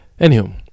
Anywho